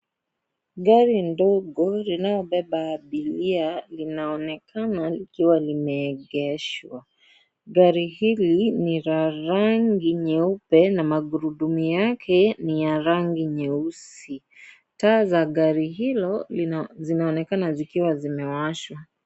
Gari ndogo linalobeba abiria linaonekana likiwa limeegeshwa. Gari hili ni la rangi nyeupe na magurudumu yake ni ya rangi nyeusi. Taa za gari hilo zinaonekana zikiwa zimewashwa.